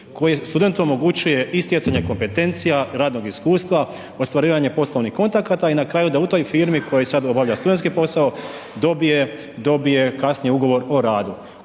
koji studentu omogućuje i stjecanje kompetencija, radnog iskustva, ostvarivanje poslovnih kontakata i na kraju u toj firmi koji sad obavlja studentski posao, dobije kasnije ugovor o radu.